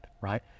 right